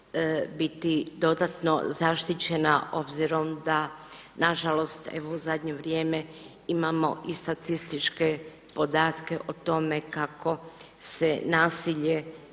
biti dodatno zaštićena obzirom da na žalost evo u zadnje vrijeme imamo i statističke podatke o tome kako se nasilje